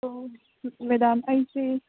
ꯑꯣ ꯃꯦꯗꯥꯝ ꯑꯩꯁꯦ